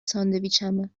ساندویچمه